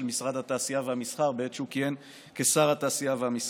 משרד התעשייה והמסחר בעת שהוא כיהן כשר התעשייה והמסחר.